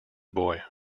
boy